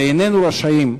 ואיננו רשאים,